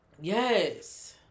yes